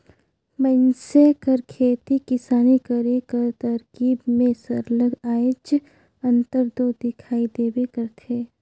मइनसे कर खेती किसानी करे कर तरकीब में सरलग आएज अंतर दो दिखई देबे करथे